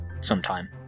sometime